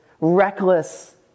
reckless